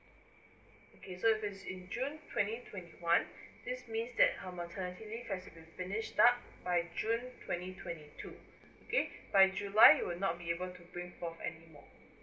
okay so that's in june twenty twenty one this means that um maternity leave has to be finished up by june twenty twenty two okay by july you will not be able to bring forward anymore